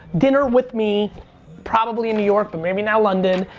dinner with me probably in new york, but maybe now london.